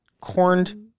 corned